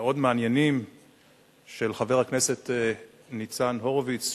מאוד מעניינים של חבר הכנסת ניצן הורוביץ,